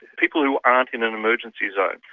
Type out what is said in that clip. people who aren't in an emergency zone.